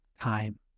time